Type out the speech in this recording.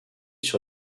sur